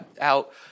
out